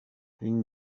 une